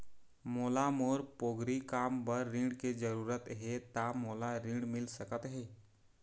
मोला मोर पोगरी काम बर ऋण के जरूरत हे ता मोला ऋण मिल सकत हे?